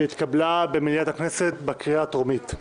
שהתקבלה במליאת הכנסת בקריאה הטרומית.